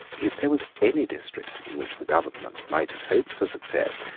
if there was any district in which the government might have hoped for success,